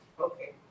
Okay